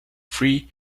free